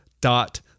dot